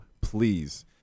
please